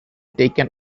taken